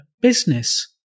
business